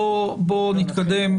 בואו נתקדם,